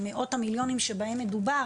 במאות המיליונים שבהם מדובר,